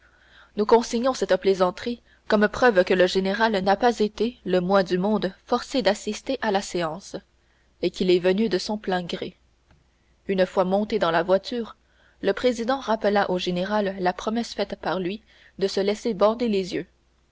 nous consignons cette plaisanterie comme preuve que le général n'a pas été le moins du monde forcé d'assister à la séance et qu'il est venu de son plein gré une fois monté dans la voiture le président rappela au général la promesse faite par lui de se laisser bander les yeux